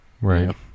Right